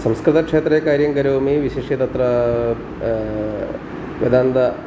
संस्कृतक्षेत्रे कार्यं करोमि विशिष्य तत्र वेदान्त